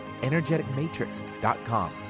energeticmatrix.com